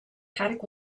paddock